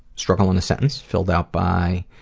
struggle in a sentence filled out by a